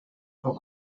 frau